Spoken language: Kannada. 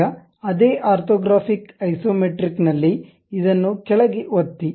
ಈಗ ಅದೇ ಆರ್ಥೋಗ್ರಾಫಿಕ್ ಐಸೊಮೆಟ್ರಿಕ್ ನಲ್ಲಿ ಇದನ್ನು ಕೆಳಗೆ ಒತ್ತಿ